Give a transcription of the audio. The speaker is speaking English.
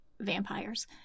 Vampires